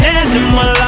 animal